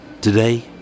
Today